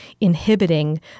inhibiting